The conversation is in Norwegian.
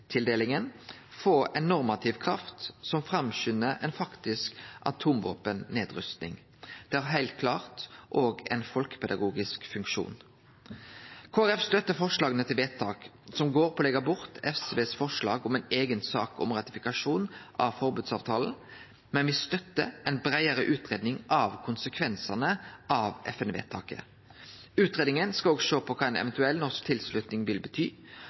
få ei normativ kraft som framskundar ei faktisk atomvåpennedrusting. Det har heilt klart òg ein folkepedagogisk funksjon. Kristeleg Folkeparti støttar forslaga til vedtak, som går på å leggje bort SVs forslag om ei eiga sak om ratifikasjon av forbodsavtalen – men me støttar ei breiare utgreiing av konsekvensane av FN-vedtaket. Utgreiinga skal òg sjå på kva ei eventuell norsk tilslutning vil bety,